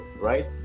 right